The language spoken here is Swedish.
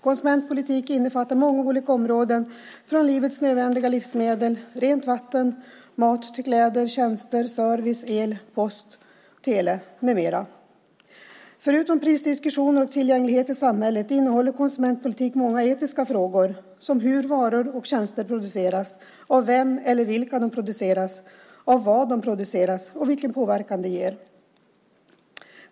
Konsumentpolitiken innefattar många olika områden från livets nödvändiga livsmedel, rent vatten och mat till kläder, tjänster, service, el, post och tele med mera. Förutom diskussioner om pris och tillgänglighet i samhället innehåller konsumentpolitiken många etiska frågor, som hur varor och tjänster produceras, av vem eller vilka de produceras, av vad de produceras och vilken påverkan det ger.